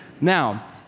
Now